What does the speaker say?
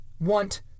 want